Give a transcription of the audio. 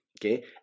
okay